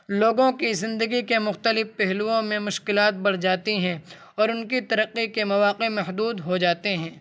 لوگوں کی زندگی کے مختلف پہلوؤں میں مشکلات بڑھ جاتی ہیں اور ان کی ترقی کے مواقع محدود ہو جاتے ہیں